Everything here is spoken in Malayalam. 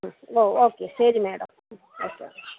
ഓ ഓക്കേ ശരി മേഡം ഓക്കേ ഓക്കേ